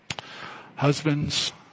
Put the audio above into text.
Husbands